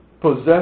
possess